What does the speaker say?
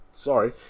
Sorry